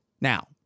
Now